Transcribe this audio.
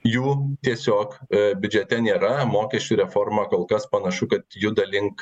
jų tiesiog biudžete nėra mokesčių reforma kol kas panašu kad juda link